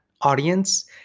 audience